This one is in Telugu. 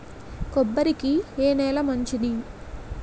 కొబ్బరి కి ఏ నేల మంచిది?